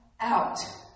out